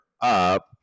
up